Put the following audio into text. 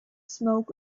smoke